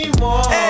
more